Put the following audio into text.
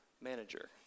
manager